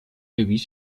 erwies